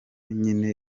nyene